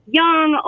young